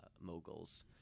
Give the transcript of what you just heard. moguls